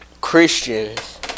Christians